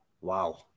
Wow